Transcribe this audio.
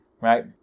right